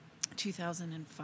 2005